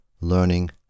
learning